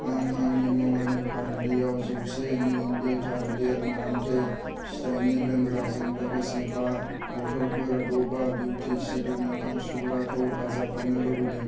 आं आंनि मुवानि फारिलाइयाव जौसे मिलिलिटार डेल मन्टे फिथाइनि लोंग्राजों लोगोसे बा बथ'लफोर दाभ बिउटि सिदोब मोखां सुग्राखौ दाजाबफानो लुबैदों